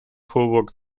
coburg